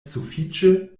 sufiĉe